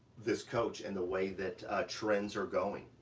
this coach, and the way that trends are going.